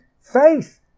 faith